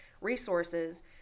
resources